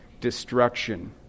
destruction